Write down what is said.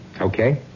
Okay